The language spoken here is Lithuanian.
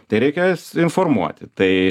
tai reikės informuoti tai